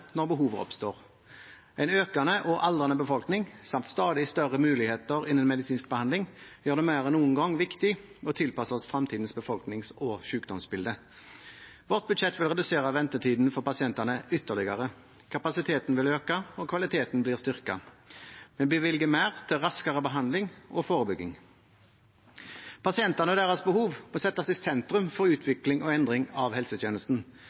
når behovet oppstår. En økende og aldrende befolkning samt stadig større muligheter innen medisinsk behandling gjør det mer viktig enn noen gang å tilpasse seg fremtidens befolknings- og sykdomsbilde. Vårt budsjett vil redusere ventetidene for pasientene ytterligere, kapasiteten vil øke, og kvaliteten blir styrket. Vi bevilger mer til raskere behandling og forebygging. Pasientene og deres behov må settes i sentrum for utvikling og endring av helsetjenesten.